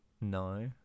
no